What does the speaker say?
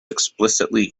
explicitly